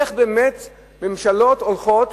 איך באמת ממשלות הולכות